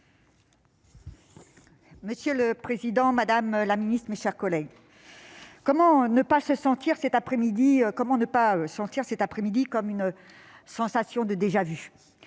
Monsieur le président, madame la ministre, mes chers collègues, comment ne pas avoir cette après-midi une sensation de déjà-vu ?